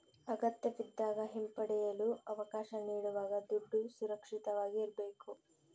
ಅಗತ್ಯವಿದ್ದಾಗ ಹಿಂಪಡೆಯಲು ಅವಕಾಶ ನೀಡುವಾಗ ದುಡ್ಡು ಸುರಕ್ಷಿತವಾಗಿ ಇರ್ಬೇಕು